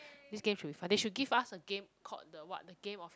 this game should be fun they should give us a game called the what the game of